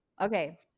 okay